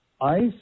ice